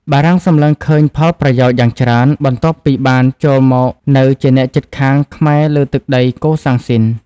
បារាំងសម្លឹងឃើញផល ប្រយោជន៍យ៉ាងច្រើន បន្ទាប់ពីបានចូលមកនៅជាអ្នកជិតខាងខ្មែរលើទឹកដីកូសាំងស៊ីន។